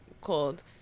called